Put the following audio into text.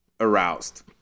Aroused